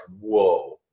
whoa